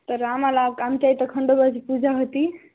तर आम्हाला आमच्या इथं खंडोबाची पूजा होती